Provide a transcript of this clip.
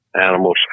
animals